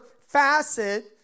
facet